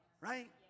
Right